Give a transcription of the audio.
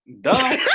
Duh